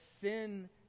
sin